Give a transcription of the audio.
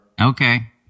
Okay